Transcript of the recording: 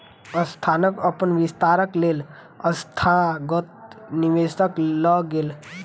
संस्थान अपन विस्तारक लेल संस्थागत निवेशक लग गेल